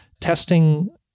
Testing